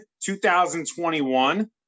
2021